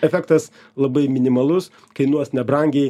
efektas labai minimalus kainuos nebrangiai